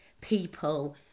people